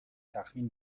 تخمین